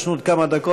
יש לנו עוד כמה דקות,